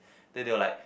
then they will like